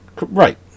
Right